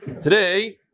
Today